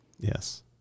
yes